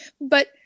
but-